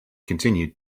continued